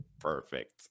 Perfect